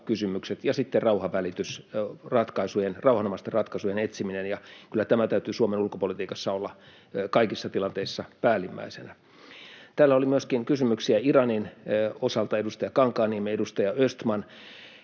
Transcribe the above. ja rauhanomaisten ratkaisujen etsiminen, ja kyllä tämän täytyy Suomen ulkopolitiikassa olla kaikissa tilanteissa päällimmäisenä. Täällä oli myöskin kysymyksiä Iranin osalta, edustaja Kankaanniemellä ja edustaja Östmanilla